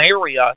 area